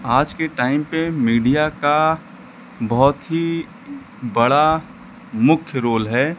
आज के टाइम पर मीडिया का बहुत ही बड़ा मुख्य रोल है